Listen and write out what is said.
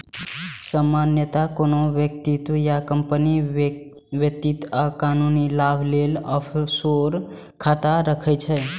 सामान्यतः कोनो व्यक्ति या कंपनी वित्तीय आ कानूनी लाभ लेल ऑफसोर खाता राखै छै